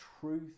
truth